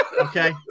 Okay